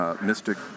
Mystic